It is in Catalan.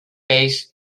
peix